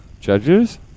Judges